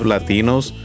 Latinos